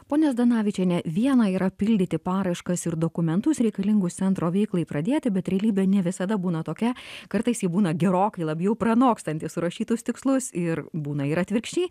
ponia zdanavičiene viena yra pildyti paraiškas ir dokumentus reikalingus centro veiklai pradėti bet realybė ne visada būna tokia kartais ji būna gerokai labiau pranokstanti surašytus tikslus ir būna ir atvirkščiai